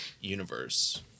universe